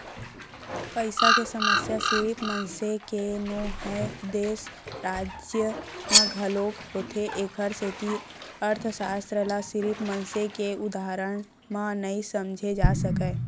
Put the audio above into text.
पइसा के समस्या सिरिफ मनसे के नो हय, देस, राज म घलोक होथे एखरे सेती अर्थसास्त्र ल सिरिफ मनसे के उदाहरन म नइ समझे जा सकय